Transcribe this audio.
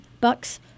Bucks